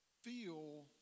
feel